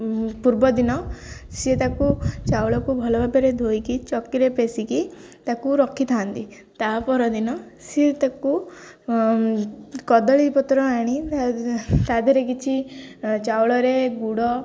ପୂର୍ବଦିନ ସିଏ ତାକୁ ଚାଉଳକୁ ଭଲ ଭାବରେ ଧୋଇକି ଚକିରେ ପେଶିକି ତାକୁ ରଖିଥାନ୍ତି ତା ପର ଦିନ ସିଏ ତାକୁ କଦଳୀ ପତ୍ର ଆଣି ତା' ଦେହରେ କିଛି ଚାଉଳରେ ଗୁଡ଼